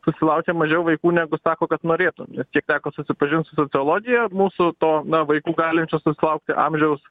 susilaukia mažiau vaikų negu sako kad norėtų kiek teko susipažinti su sociologija mūsų to na vaikų galinčio sulaukti amžiaus